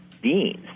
beans